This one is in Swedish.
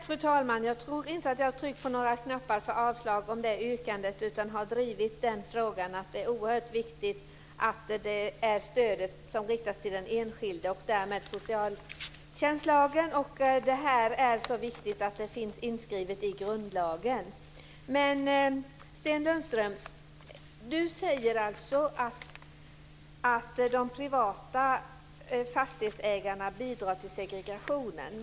Fru talman! Jag tror inte att jag har tryckt på några knappar för avslag till det yrkandet. Jag har drivit frågan att det är oerhört viktigt med det här stödet som riktas till den enskilde och med det här med socialtjänstlagen. Det är viktigt att detta finns inskrivet i grundlagen. Sten Lundström säger att de privata fastighetsägarna bidrar till segregationen.